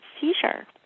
seizure